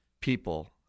people